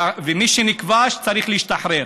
ומי שנכבש צריך להשתחרר.